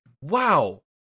wow